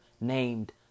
named